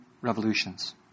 revolutions